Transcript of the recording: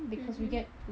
mmhmm